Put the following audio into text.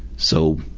so,